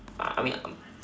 uh I mean I'm